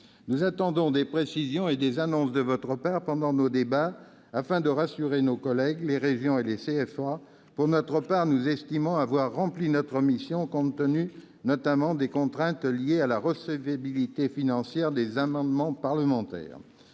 Nous attendons des précisions et des annonces de votre part pendant nos débats, afin de rassurer nos collègues, les régions et les CFA. Pour notre part, nous estimons avoir rempli notre mission, compte tenu, notamment, des contraintes liées à la recevabilité financière des amendements parlementaires.